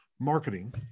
marketing